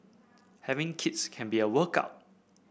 having kids can be a workout